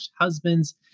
husbands